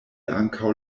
ankaŭ